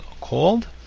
called